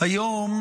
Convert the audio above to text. היום